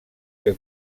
que